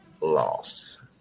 loss